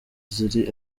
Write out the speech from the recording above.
ziri